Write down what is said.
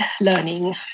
learning